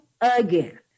again